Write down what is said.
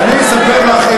אני אספר לך,